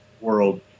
world